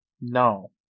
No